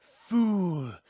Fool